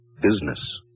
business